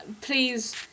please